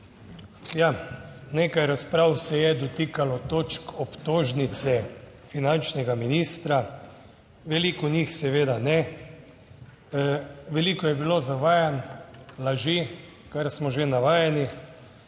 Ja, nekaj razprav se je dotikalo točk obtožnice finančnega ministra, veliko njih seveda ne. Veliko je bilo zavajanj, laži, kar smo že navajeni